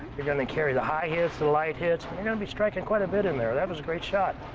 you're going to carry the high hits, the light hits, you're going to be striking quite a bit in there. that was a great shot.